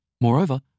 Moreover